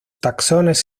taxones